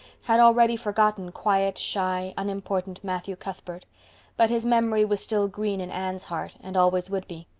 had already forgotten quiet, shy, unimportant matthew cuthbert but his memory was still green in anne's heart and always would be.